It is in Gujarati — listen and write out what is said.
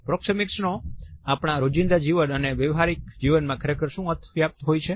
માટે પ્રોક્ષિમિક્સનો આપણા રોજિંદા જીવન અને વ્યવહારિક જીવનમાં ખરેખર શું અર્થ વ્યાપ્ત હોય છે